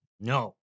no